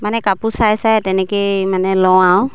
মানে কাপোৰ চাই চাই তেনেকেই মানে লওঁ আৰু